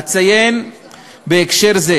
אציין בהקשר זה